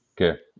Okay